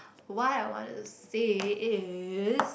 why I wanted to say is